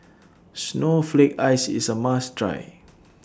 Snowflake Ice IS A must Try